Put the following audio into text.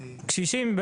קשישים,